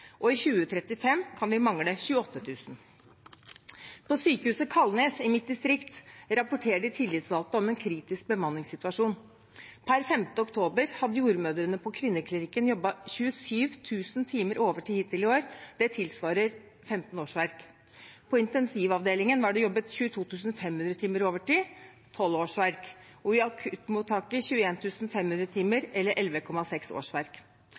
og i 2035 kan vi mangle 28 000. På Sykehuset Kalnes i mitt distrikt rapporterer de tillitsvalgte om en kritisk bemanningssituasjon. Per 5. oktober hadde jordmødrene på kvinneklinikken jobbet 27 000 timer overtid hittil i år. Det tilsvarer 15 årsverk. På intensivavdelingen var det jobbet 22 500 timer overtid, 12 årsverk, og i akuttmottaket 21 500 timer, eller 11,6 årsverk.